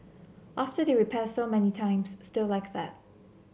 after they repair so many times still like that